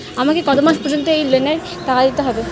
আমাকে কত মাস পর্যন্ত এই লোনের টাকা দিতে হবে?